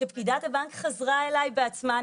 שפקידת הבנק חזרה אליי בעצמה,